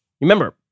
remember